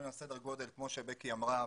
כמו שבקי אמרה,